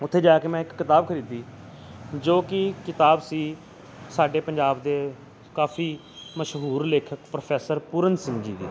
ਉੱਥੇ ਜਾ ਕੇ ਮੈਂ ਇੱਕ ਕਿਤਾਬ ਖਰੀਦੀ ਜੋ ਕਿ ਕਿਤਾਬ ਸੀ ਸਾਡੇ ਪੰਜਾਬ ਦੇ ਕਾਫੀ ਮਸ਼ਹੂਰ ਲੇਖਕ ਪ੍ਰੋਫੈਸਰ ਪੂਰਨ ਸਿੰਘ ਜੀ ਦੀ